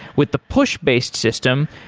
with the push-based system,